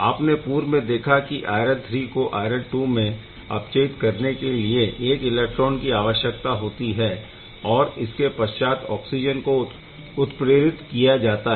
आपने पूर्व में देखा कि आयरन III को आयरन II में अपचयित करने के लिए एक इलेक्ट्रॉन की आवश्यकता होती है और इसके पश्चात ऑक्सिजन को उत्प्रेरित किया जाता है